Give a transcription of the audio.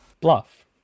Bluff